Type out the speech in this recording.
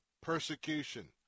persecution